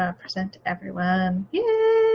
um present everyone.